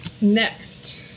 Next